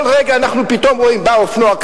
כל רגע אנחנו פתאום רואים שבא אופנוע,